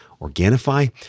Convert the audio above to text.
Organifi